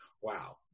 Wow